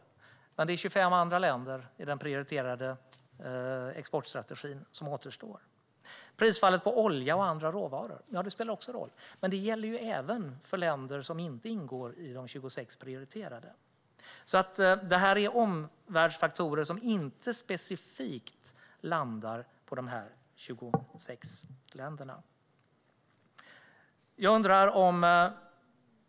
Men det återstår 25 andra prioriterade länder i exportstrategin. Prisfallet på olja och andra råvaror spelar också roll, men det gäller även länder som inte ingår bland de 26 prioriterade. Detta är alltså omvärldsfaktorer som inte specifikt landar på de 26 länderna.